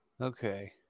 Okay